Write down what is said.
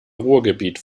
ruhrgebiet